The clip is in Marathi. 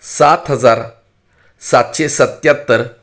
सात हजार सातशे सत्याहत्तर